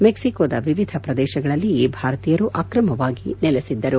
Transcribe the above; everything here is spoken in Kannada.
ಮೆಕ್ಸಿಕೊದ ವಿವಿಧ ಪ್ರದೇಶಗಳಲ್ಲಿ ಈ ಭಾರತೀಯರು ಅಕ್ರಮವಾಗಿ ನೆಲೆಸಿದ್ದರು